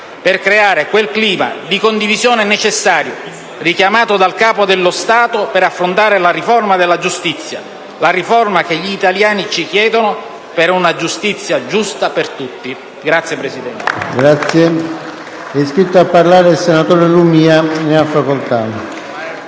per creare quel clima di condivisione necessario - richiamato dal Capo dello Stato - per affrontare la riforma della giustizia, quella riforma che gli italiani ci chiedono per una giustizia giusta per tutti. *(Applausi